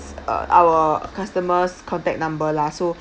uh our customers' contact number lah so